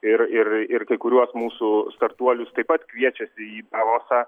ir ir ir kai kuriuos mūsų startuolius taip pat kviečiasi į davosą